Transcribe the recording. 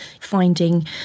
finding